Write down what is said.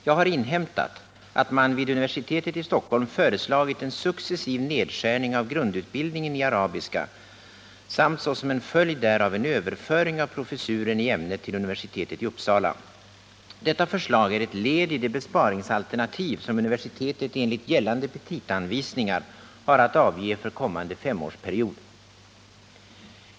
Jag har inhämtat att man vid universitetet i Stockholm föreslagit en successiv nedskärning av grundutbildningen i arabiska samt såsom en följd därav en överföring av professuren i ämnet till universitetet i Uppsala. Detta förslag är ett led i det besparingsalternativ som universitetet enligt gällande petitaanvisningar har att avge för kommande femårsperiod.